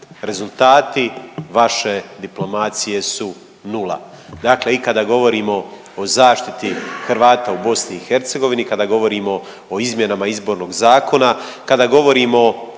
rezultati vaše diplomacije su nula, dakle i kada govorimo o zaštiti Hrvata u BiH i kada govorimo o izmjenama Izbornog zakona, kada govorimo